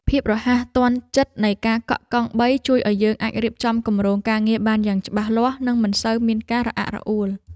ភាពរហ័សទាន់ចិត្តនៃការកក់កង់បីជួយឱ្យយើងអាចរៀបចំគម្រោងការងារបានយ៉ាងច្បាស់លាស់និងមិនសូវមានការរអាក់រអួល។